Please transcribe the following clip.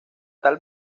tal